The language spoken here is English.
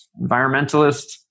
environmentalists